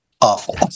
awful